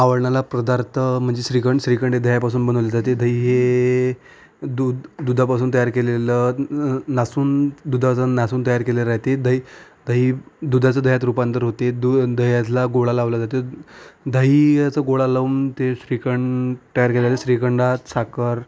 आवडणारा पदार्थ म्हणजे श्रीखंड श्रीखंड हे दह्यापासून बनवले जाते दही हे दूध दुधापासून तयार केलेलं न नासून दुधासून नासून तयार केलेलं ते दही दही दुधाचं दह्यात रूपांतर होते दूध दह्याला गोळा लावला जातो दहीह्याचा गोळा लावून ते श्रीखंड तयार केलेल्या श्रीखंडात साखर